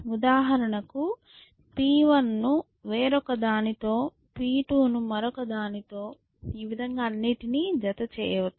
ఉదాహరణకు P1 ను వేరొకదాని తో P2 ను మరొక దానితో ఈ విధంగా అన్నిటిని జత చేయవచ్చు